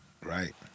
right